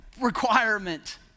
requirement